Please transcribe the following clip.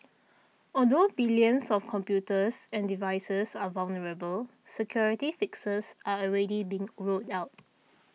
although billions of computers and devices are vulnerable security fixes are already being rolled out